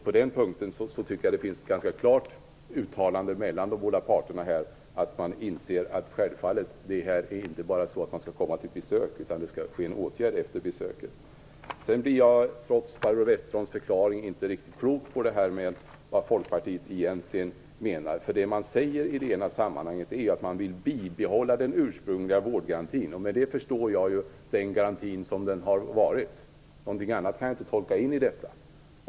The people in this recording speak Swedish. På den punkten finns det alltså ett ganska klart uttalande mellan de båda parterna om att man inser att det självfallet inte bara handlar om att patienterna skall komma på besök utan att det också skall bli fråga om en åtgärd efter besöket. Trots Barbro Westerholms förklaring blir jag inte riktigt klok på vad Folkpartiet egentligen menar. Det man säger är att man vill "bibehålla den ursprungliga vårdgarantin". Med det förstår jag att man menar den garantin såsom den har varit. Någonting annat kan jag inte tolka in i detta.